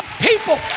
people